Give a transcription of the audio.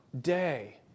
day